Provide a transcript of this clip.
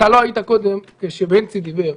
לא היית קודם כשבנצי דיבר,